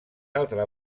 altra